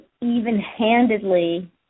even-handedly